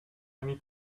many